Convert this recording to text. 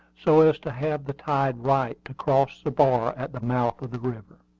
so as to have the tide right to cross the bar at the mouth of the river.